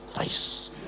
face